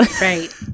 Right